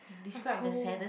I cold